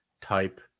type